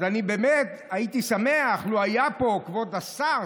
אז אני באמת הייתי שמח לו היה פה כבוד השר,